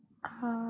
(uh huh)